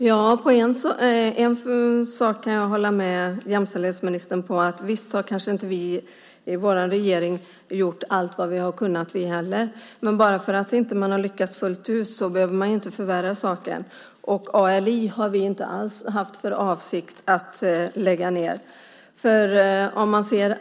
Herr talman! En sak kan jag hålla med jämställdhetsministern om - kanske gjorde inte vår regering allt vad den hade kunnat göra, men bara för att man inte lyckats fullt ut behöver man ju inte förvärra saken. ALI har vi inte haft för avsikt att lägga ned.